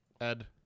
Ed